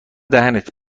دهنت